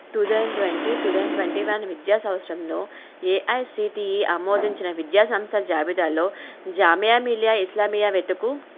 two thousand twenty two thousand twenty one విద్యా సంవత్సరంలో AICTE ఆమోదించిన విద్యా సంస్థల జాబితాలో జామియా మిలియా ఇస్లామియా వెతుకు